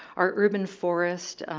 our urban forest